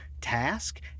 task